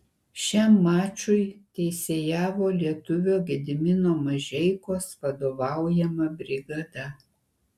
šiam mačui teisėjavo lietuvio gedimino mažeikos vadovaujama brigada